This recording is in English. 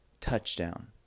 touchdown